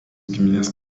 giminės